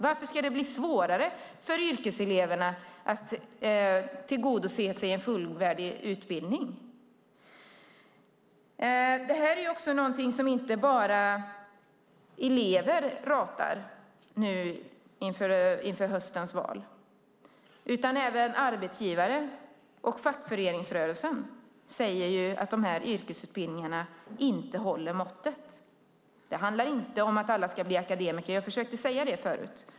Varför ska det bli svårare för yrkeseleverna att tillgodogöra sig en fullvärdig utbildning? Det här är något som inte bara elever ratar inför höstens val. Även arbetsgivare och fackföreningsrörelsen säger att dessa yrkesutbildningar inte håller måttet. Det handlar inte om att alla ska bli akademiker. Jag försökte säga det förut.